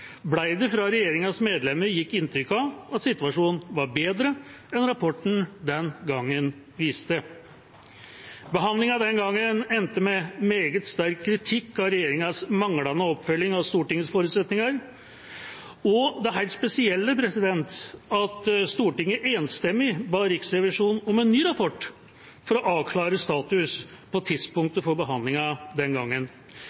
det fra regjeringas medlemmer gitt inntrykk av at situasjonen var bedre enn rapporten den gangen viste. Behandlingen den gangen endte med meget sterk kritikk av regjeringas manglende oppfølging av Stortingets forutsetninger og det helt spesielle at Stortinget enstemmig ba Riksrevisjonen om en ny rapport, for å avklare status på